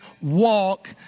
walk